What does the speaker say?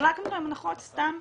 חילקנו להם הנחות סתם?